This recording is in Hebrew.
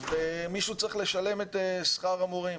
ומישהו צריך לשלם את שכר המורים.